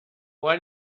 war